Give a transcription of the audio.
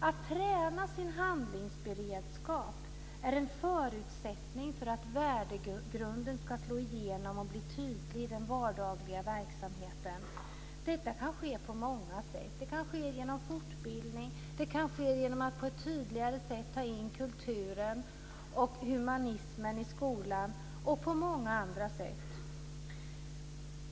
Att träna sin handlingsberedskap är en förutsättning för att värdegrunden ska slå igenom och bli tydlig i den vardagliga verksamheten. Detta kan ske på många sätt. Det kan ske genom fortbildning. Det kan ske genom att man på ett tydligare sätt tar in kulturen och humanismen i skolan och på många andra sätt.